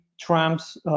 trumps